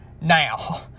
Now